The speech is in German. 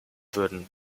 würden